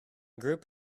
group